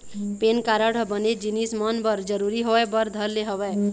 PAN card ह बनेच जिनिस मन बर जरुरी होय बर धर ले हवय